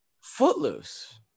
Footloose